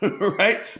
right